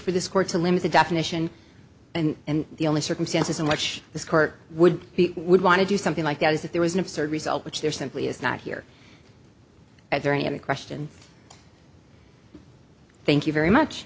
for this court to limit the definition and the only circumstances in which this court would would want to do something like that is if there was an absurd result which there simply is not here at there any other question thank you very much